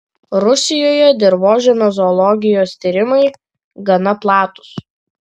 rusijoje dirvožemio zoologijos tyrimai gana platūs